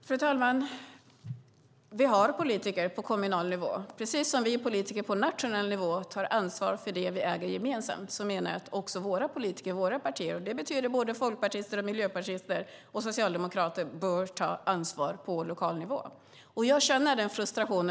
Fru talman! Vi har politiker på kommunal nivå. Precis som vi politiker på nationell nivå tar ansvar för det vi äger gemensamt menar jag att våra politiker, våra partier - det betyder folkpartister, miljöpartister och socialdemokrater - bör ta ansvar på lokal nivå. Jag känner den frustrationen.